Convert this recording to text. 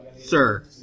Sir